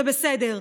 זה בסדר,